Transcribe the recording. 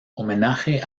homenaje